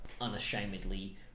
unashamedly